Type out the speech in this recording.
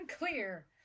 unclear